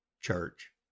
church